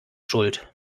schuld